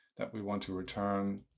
that we want to return.